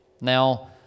Now